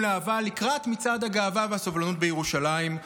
להב"ה לקראת מצעד הגאווה והסובלנות בירושלים,